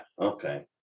Okay